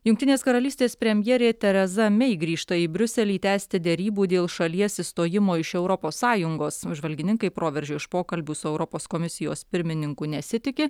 jungtinės karalystės premjerė tereza mei grįžta į briuselį tęsti derybų dėl šalies išstojimo iš europos sąjungos apžvalgininkai proveržio iš pokalbių su europos komisijos pirmininku nesitiki